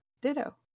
Ditto